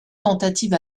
tentatives